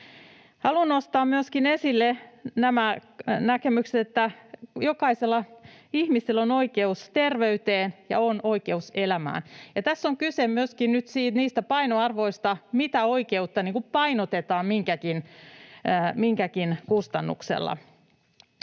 Haluan nostaa myöskin esille nämä näkemykset, että jokaisella ihmisellä on oikeus terveyteen ja oikeus elämään, ja tässä on kyse myöskin nyt niistä painoarvoista, mitä oikeutta painotetaan minkäkin kustannuksella.